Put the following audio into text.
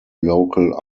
local